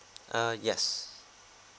uh yes